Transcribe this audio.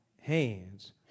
hands